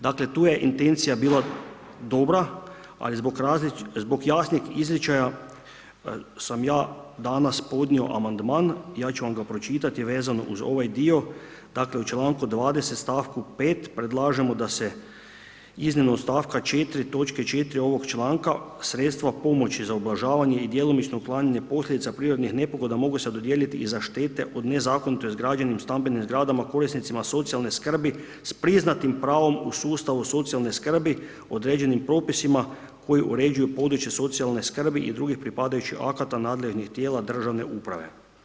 Dakle, tu je intencija bila dobra, ali zbog različitih, zbog jasnih izričaja sam ja danas podnio amandman, ja ću vam ga pročitati vezano uz ovaj dio, dakle u članku 20. stavku 5. predlažemo da se iznimno od stavka 4. točke 4. ovog članka sredstva pomoći za ublažavanje i djelomično uklanjanje posljedica prirodnih nepogoda mogu se dodijeliti i za štete od nezakonito izgrađenim stambenim zgradama korisnicima socijalne skrbi s priznatim pravom u sustavu socijalne skrbi, određenim propisima koji uređuju i područje socijalne skrbi i drugih pripadajućih akata nadležnih tijela državne uprave.